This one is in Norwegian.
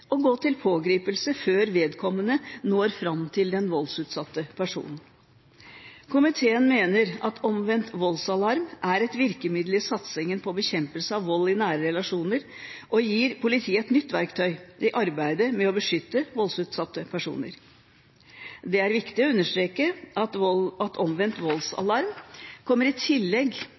gå til pågripelse før vedkommende når fram til den voldsutsatte personen. Komiteen mener at omvendt voldsalarm er et virkemiddel i satsingen på bekjempelse av vold i nære relasjoner, og gir politiet et nytt verktøy i arbeidet med å beskytte voldsutsatte personer. Det er viktig å understreke at omvendt voldsalarm kommer i tillegg